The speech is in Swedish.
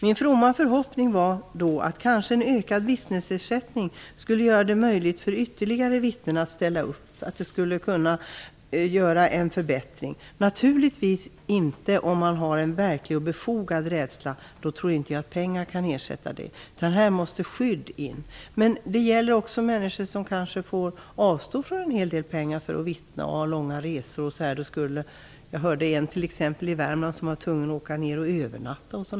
Min fromma förhoppning var att en ökad vittnesersättning kanske skulle göra det möjligt för ytterligare vittnen att ställa upp och därmed åstadkomma en förbättring. Naturligtvis tror jag inte att pengar kan ge effekt, om det är fråga om en verklig och befogad rädsla, utan då måste skydd sättas in. Men det finns också människor som får avstå från en hel del pengar för att vittna, t.ex. på grund av långa resor. Jag har t.ex. hört om ett fall där en person från Värmland var tvungen att övernatta i samband med sitt vittnesmål.